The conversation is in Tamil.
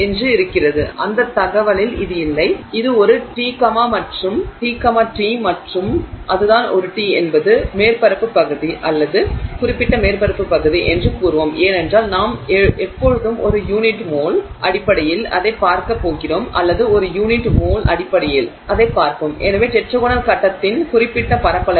என்ன இருக்கிறது அந்தத் தகவலில் இது இல்லை இது ஒரு t கமா t மற்றும் அதுதான் ஒரு t என்பது மேற்பரப்பு பகுதி அல்லது குறிப்பிட்ட மேற்பரப்பு பகுதி என்று கூறுவோம் ஏனென்றால் நாம் எப்போதும் ஒரு யூனிட் மாஸ் அடிப்படையில் அதைப் பார்க்கப் போகிறோம் அல்லது ஒரு யூனிட் மோல் அடிப்படையில் எனவே டெட்ராகோனல் கட்டத்தின் குறிப்பிட்ட பரப்பளவு